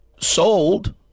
sold